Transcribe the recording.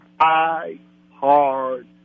high-hard